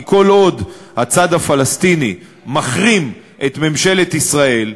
כי כל עוד הצד הפלסטיני מחרים את ממשלת ישראל,